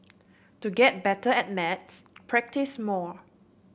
to get better at maths practise more